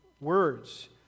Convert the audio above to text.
words